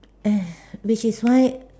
ugh which is why